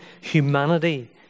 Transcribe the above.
humanity